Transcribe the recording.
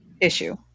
issue